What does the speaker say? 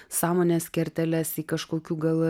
sąmonės kerteles į kažkokių gal